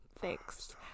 Thanks